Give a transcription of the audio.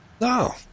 No